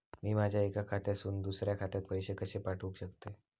मी माझ्या एक्या खात्यासून दुसऱ्या खात्यात पैसे कशे पाठउक शकतय?